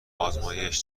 آزمایش